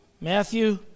Matthew